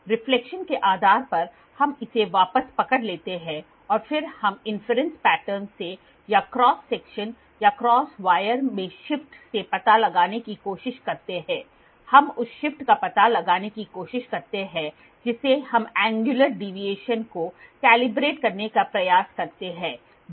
reflection के आधार पर हम इसे वापस पकड़ लेते हैं और फिर हम इन्फरंस पैटर्न से या क्रॉस सेक्शन या क्रॉस वायर में शिफ्ट से पता लगाने की कोशिश करते हैं हम उस शिफ्ट का पता लगाने की कोशिश करते हैं जिससे हम एंगयुलर डीविएशन को कैलिब्रेट करने का प्रयास करते हैं जो एक सतह पर है